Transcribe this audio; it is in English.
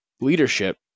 leadership